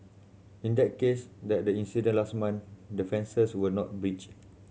in that case that the incident last month the fences were not breached